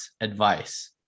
advice